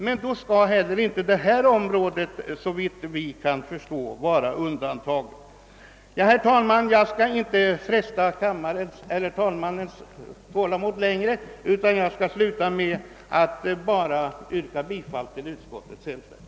Men i så fall skall inte heller jordbruksområdet enligt vår uppfattning vara undantaget från en sådan utveckling. Herr talman! Jag skall inte fresta talmannens och kammarledamöternas tålamod längre utan nöjer mig med att yrka bifall till utskottets hemställan.